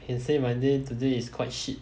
I can say my day today is quite shit